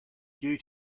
due